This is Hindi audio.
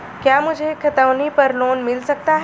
क्या मुझे खतौनी पर लोन मिल सकता है?